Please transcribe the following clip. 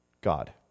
God